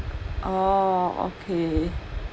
orh okay